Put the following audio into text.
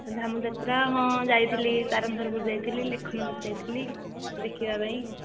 ଝାମୁଯାତ୍ରା ହଁ ଯାଇଥିଲି ତାରୁଣୀଧରପୁର ଯାଇଥିଲି ଲିଖନପୁର ଯାଇଥିଲି ଦେଖିବାପାଇଁ